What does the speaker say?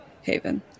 Haven